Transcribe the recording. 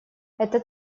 это